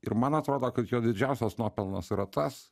ir man atrodo kad jo didžiausias nuopelnas yra tas